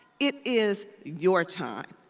it is your time.